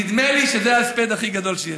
נדמה לי שזה ההספד הכי גדול שיש.